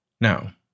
Now